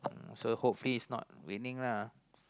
so hopefully it's not raining lah